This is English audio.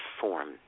form